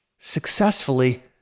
successfully